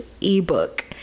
ebook